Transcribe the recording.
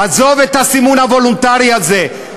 עזוב את הסימון הוולונטרי הזה.